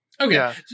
Okay